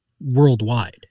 worldwide